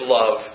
love